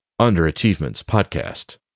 Underachievementspodcast